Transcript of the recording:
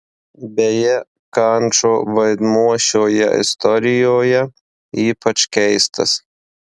beje kančo vaidmuo šioje istorijoje ypač keistas